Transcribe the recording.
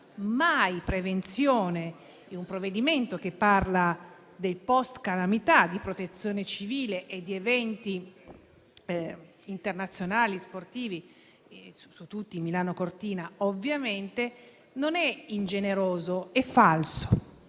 mai prevenzione, in un provvedimento che parla del post-calamità, di protezione civile e di eventi internazionali sportivi (su tutti Milano Cortina), non è ingeneroso: è falso.